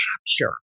capture